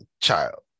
child